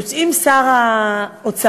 יוצאים שר האוצר,